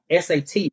SAT